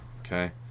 okay